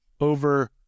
over